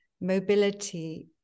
mobility